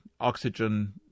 oxygen